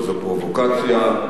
שזו פרובוקציה,